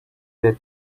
that